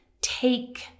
take